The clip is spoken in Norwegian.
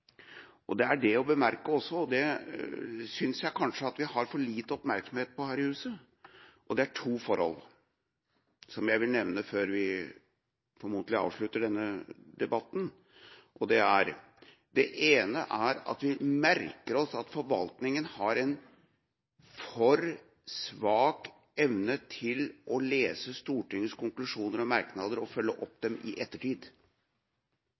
Det er også det å bemerke at det er to forhold som jeg kanskje synes vi har for lite oppmerksomhet på her i huset. Det vil jeg nevne før vi formodentlig avslutter denne debatten. Det ene er at vi merker oss at forvaltninga har en for svak evne til å lese Stortingets konklusjoner og merknader og følge dem opp i ettertid.